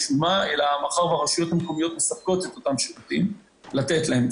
מאחר שהרשויות המקומיות מספקות את השירותים אז אפשר לתת להם.